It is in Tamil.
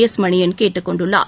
எஸ்மணியன் கேட்டுக் கொண்டுள்ளார்